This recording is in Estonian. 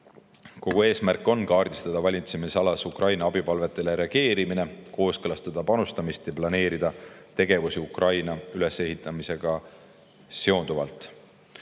Kogu eesmärk on kaardistada valitsemisalas Ukraina abipalvetele reageerimist, kooskõlastada panustamist ja planeerida tegevusi Ukraina ülesehitamisega seonduvalt.